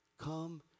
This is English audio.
Come